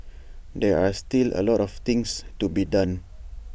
there are still A lot of things to be done